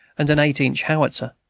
and an eight-inch howitzer.